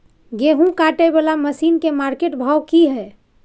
गेहूं काटय वाला मसीन के मार्केट भाव की हय?